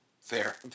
Fair